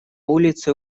улице